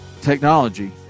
technology